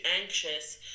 anxious